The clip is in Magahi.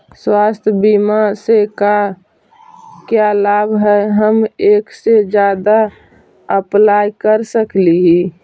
स्वास्थ्य बीमा से का क्या लाभ है हम एक से जादा अप्लाई कर सकली ही?